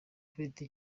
ufite